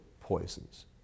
poisons